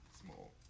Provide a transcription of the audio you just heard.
small